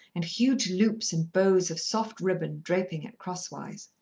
and huge loops and bows of soft ribbon draping it cross-wise.